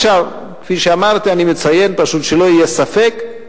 כפי שאמרתי, אני מציין שלא יהיה ספק,